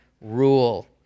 rule